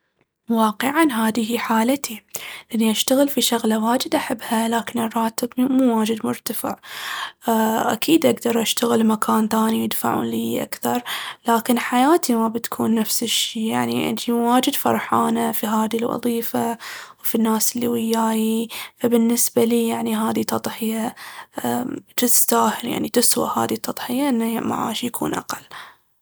واقعاً هاذي هي حالتي، أني أشتغل في شغلة واجد أحبها، لكن الراتب مو واجد مرتفع. أ- أكيد أقدر أشتغل مكان ثاني يدفعون ليي أكثر، لكن حياتي ما بتكون نفس الشي، يعني اني واجد فرحانة في هذي الوظيفة وفي الناس اللي وياي. فبالنسبة لي يعني هذي تضحية تستاهل، يعني تسوى هذي التضحية إن معاشي يكون أقل.